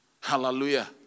Hallelujah